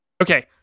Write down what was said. Okay